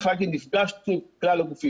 כלל הגופים.